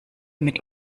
mit